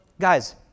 Guys